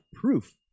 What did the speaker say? proof